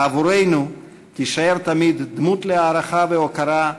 עבורנו תישאר תמיד דמות להערכה והוקרה,